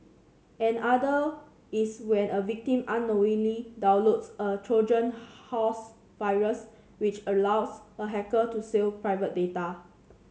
another is when a victim unknowingly downloads a Trojan horse virus which allows a hacker to steal private data